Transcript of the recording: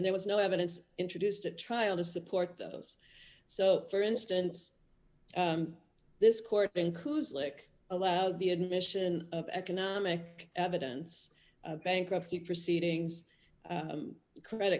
there was no evidence introduced at trial to support those so for instance this court includes like allow the admission of economic evidence bankruptcy proceedings credit